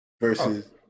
Versus